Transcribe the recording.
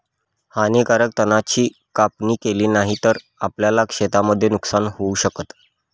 हानीकारक तणा ची कापणी केली नाही तर, आपल्याला शेतीमध्ये नुकसान होऊ शकत